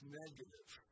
negative